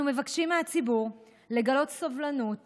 אנחנו מבקשים מהציבור לגלות סובלנות